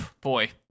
boy